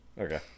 Okay